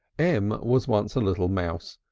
m was once a little mouse,